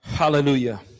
Hallelujah